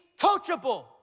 coachable